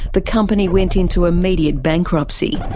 the company went into immediate bankruptcy.